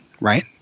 right